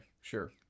Sure